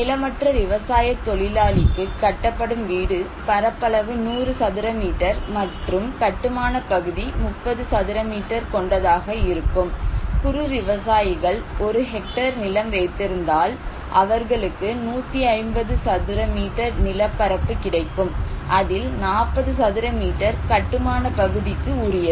நிலமற்ற விவசாயத் தொழிலாளிக்கு கட்டப்படும் வீடு பரப்பளவு 100 சதுர மீட்டர் மற்றும் கட்டுமானப் பகுதி 30 சதுர மீட்டர் கொண்டதாக இருக்கும் குறு விவசாயிகள் 1 ஹெக்டேர் நிலம் வைத்திருந்தால் அவர்களுக்கு 150 சதுர மீட்டர் நிலப்பரப்பு கிடைக்கும் அதில் 40 சதுர மீட்டர் கட்டுமான பகுதிக்கு உரியது